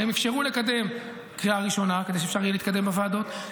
שהם אפשרו לקדם קריאה ראשונה כדי שאפשר יהיה לקדם בוועדות,